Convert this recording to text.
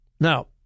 Now